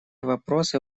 вопросы